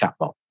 chatbot